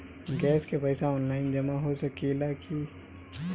Gas के पइसा online जमा हो सकेला की?